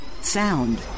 Sound